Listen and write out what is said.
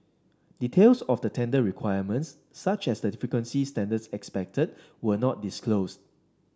details of the tender requirements such as the standards expected were not disclosed